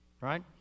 right